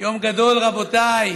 יום גדול, רבותיי.